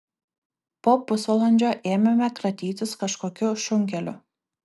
po pusvalandžio ėmėme kratytis kažkokiu šunkeliu